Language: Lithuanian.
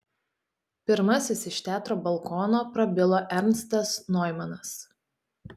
pirmasis iš teatro balkono prabilo ernstas noimanas